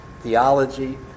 theology